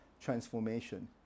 transformation